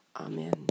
Amen